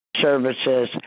services